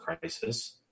crisis